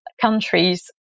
countries